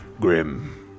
Grim